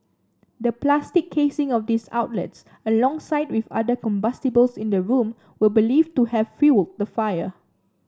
the plastic casing of these outlets alongside with other combustibles in the room were believed to have fuelled the fire